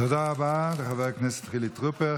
תודה רבה לחבר הכנסת חילי טרופר.